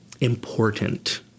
important